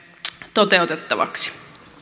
toteutettavaksi